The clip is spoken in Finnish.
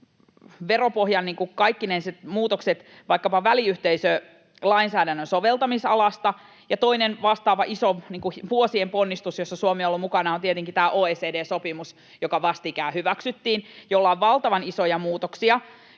veropohjan kaikki ne muutokset vaikkapa väliyhteisölainsäädännön soveltamisalassa. Toinen vastaava iso vuosien ponnistus, jossa Suomi on ollut mukana, on tietenkin tämä OECD-sopimus, joka vastikään hyväksyttiin, jolla on valtavan isoja muutoksia